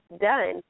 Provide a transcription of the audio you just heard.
done